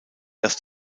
dass